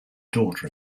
daughter